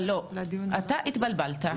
אתה התבלבלת.